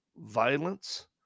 violence